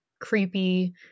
creepy